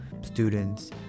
Students